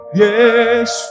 yes